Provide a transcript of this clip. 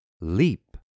leap